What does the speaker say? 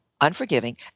unforgiving